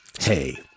hey